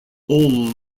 all